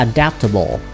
Adaptable